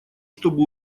чтобы